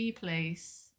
place